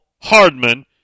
Hardman